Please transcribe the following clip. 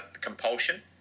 compulsion